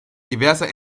diverser